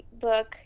book